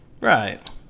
right